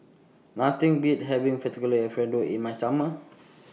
Nothing Beats having Fettuccine Alfredo in The Summer